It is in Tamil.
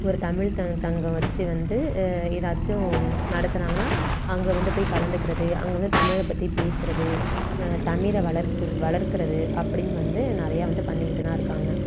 ஒரு தமிழ் துணைச்சங்கம் வச்சு வந்து எதாச்சும் நடத்துனாங்கனா அங்கே வந்து போய் கலந்துக்கிறது அங்கே வந்து தமிழை பற்றி பேசுவது தமிழ வளர்க்குது வளர்க்கிறது அப்படின்னு வந்து நிறையா வந்து பண்ணிக்கிட்டுதான் இருக்காங்க